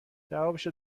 جوابشو